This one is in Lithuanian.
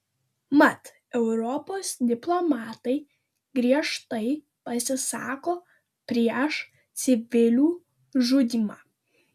mat europos diplomatai griežtai pasisako prieš civilių žudymą